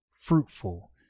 fruitful